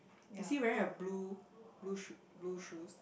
is he wearing a blue blue shoe blue shoes